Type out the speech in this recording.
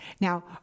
Now